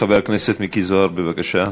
חבר הכנסת מיקי זוהר, בבקשה,